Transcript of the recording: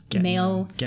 male